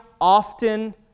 often